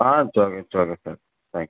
ah it's okay it's okay sir thanks